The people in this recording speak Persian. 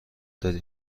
دادم